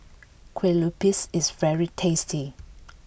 Kuih Lopes is very tasty